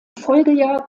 folgejahr